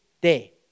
day